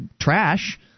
trash